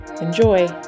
Enjoy